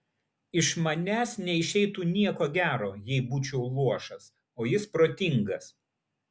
iš manęs neišeitų nieko gero jei būčiau luošas o jis protingas